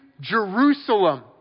Jerusalem